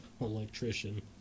Electrician